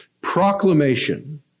proclamation